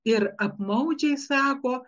ir apmaudžiai sako